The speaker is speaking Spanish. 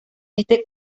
este